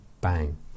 bang